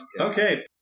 Okay